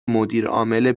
مدیرعامل